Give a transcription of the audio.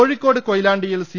കോഴിക്കോട് കൊയിലാണ്ടിയിൽ സി